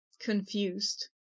confused